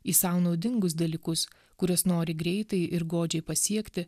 į sau naudingus dalykus kuris nori greitai ir godžiai pasiekti